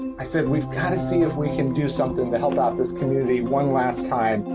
i said, we've gotta see if we can do something to help out this community one last time.